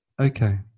Okay